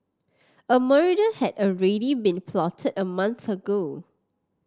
a murder had already been plotted a month ago